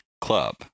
club